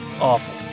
awful